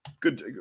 Good